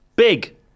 Big